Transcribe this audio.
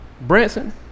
Branson